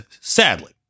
sadly